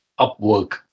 Upwork